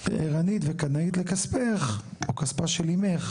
ערנית וקנאית לכספך או כספה של אימך.